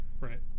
Right